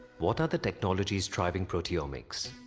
what are the technologies driving proteomics?